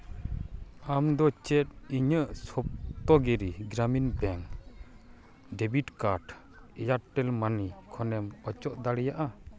ᱟᱢ ᱫᱚ ᱪᱮᱫ ᱤᱧᱟᱹᱜ ᱥᱚᱠᱛᱚ Giri Gramin bank debit card Airtel money ᱠᱷᱚᱱᱮᱢ ᱚᱪᱚᱜ ᱫᱟᱲᱮᱭᱟᱜᱼᱟ